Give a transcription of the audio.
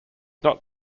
not